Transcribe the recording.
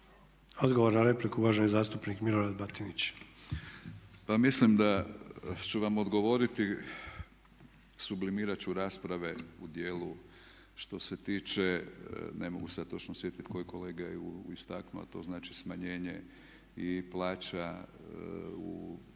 Odgovor na repliku, uvaženi zastupnik Milorad Batinić. **Batinić, Milorad (HNS)** Pa mislim da ću vam odgovoriti, sublimirat ću rasprave u dijelu što se tiče ne mogu se sad točno sjetiti koji ju je kolega istaknuo, a to znači smanjenje i plaća